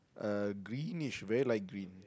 uh greenish very light green